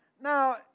now